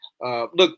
Look